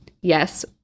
Yes